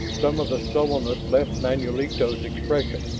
some of the sullenness left manulito's expression.